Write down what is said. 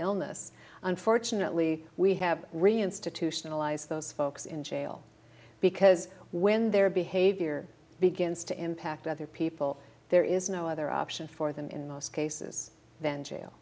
illness unfortunately we have really institutionalized those folks in jail because when their behavior begins to impact other people there is no other option for them in most cases than jail